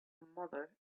mother